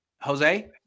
Jose